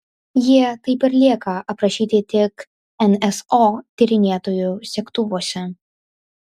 jie taip ir lieka aprašyti tik nso tyrinėtojų segtuvuose